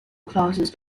classes